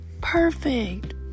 perfect